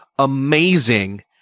amazing